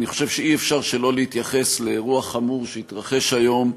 אני חושב שאי-אפשר שלא להתייחס לאירוע חמור שהתרחש היום,